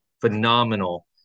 phenomenal